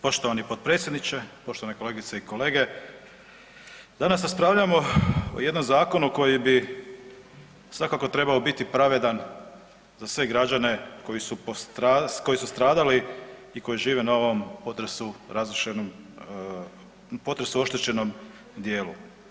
Poštovani potpredsjedniče, poštovane kolegice i kolege danas raspravljamo o jednom zakonu koji bi svakako trebao biti pravedan za sve građane koji su stradali i koji žive na ovom potresu razrušenom, potresu oštećenom dijelu.